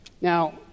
Now